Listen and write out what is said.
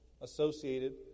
associated